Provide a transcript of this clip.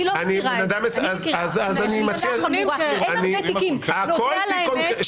אולי הפרקליטות מכירה.